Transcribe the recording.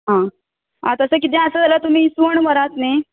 आ तशें किदें आसा जाल्यार तुमी इसवण व्हरात न्ही